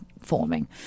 forming